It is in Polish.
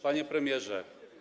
Panie Premierze!